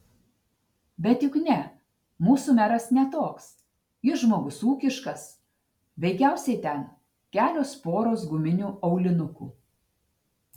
bet juk ne mūsų meras ne toks jis žmogus ūkiškas veikiausiai ten kelios poros guminių aulinukų